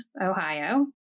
Ohio